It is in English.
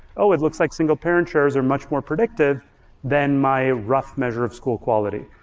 oh, it looks like single-parent shares are much more predictive than my rough measure of school quality.